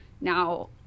now